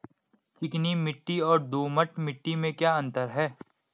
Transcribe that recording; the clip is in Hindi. चिकनी मिट्टी और दोमट मिट्टी में क्या क्या अंतर है?